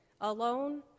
alone